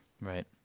Right